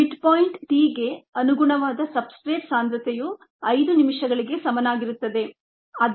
mid point t ಗೆ ಅನುಗುಣವಾದ substrate ಸಾಂದ್ರತೆಯು 5 ನಿಮಿಷಗಳಿಗೆ ಸಮನಾಗಿರುತ್ತದೆ ಇದು 18